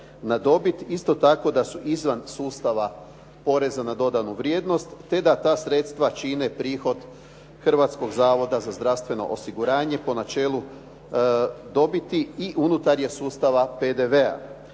na dobit, isto tako da su izvan sustava poreza na dodanu vrijednost te da ta sredstva čine prihod Hrvatskog zavoda za zdravstveno osiguranje po načelu dobiti i unutarnjeg sustava PDV-a.